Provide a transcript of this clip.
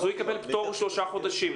אז הוא יקבל פטור משלושה חודשים.